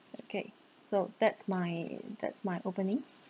okay so that's my that's my opening